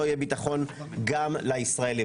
לא יהיה ביטחון גם לישראלים.